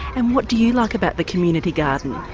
and what do you like about the community garden?